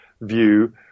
view